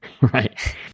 Right